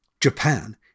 Japan